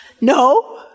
No